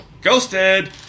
ghosted